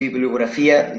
bibliografia